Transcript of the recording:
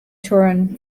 turin